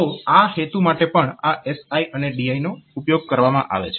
તો આ હેતુ માટે પણ આ SI અને DI નો ઉપયોગ કરવામાં આવે છે